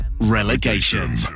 relegation